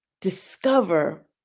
discover